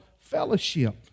fellowship